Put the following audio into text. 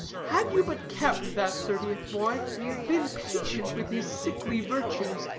had you but kept that thirtieth boy been patient with his sickly virtues,